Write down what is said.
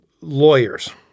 lawyers